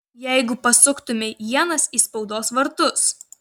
jeigu pasuktumei ienas į spaudos vartus